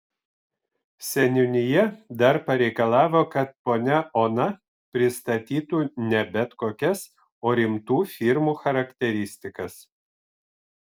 seniūnija dar pareikalavo kad ponia ona pristatytų ne bet kokias o rimtų firmų charakteristikas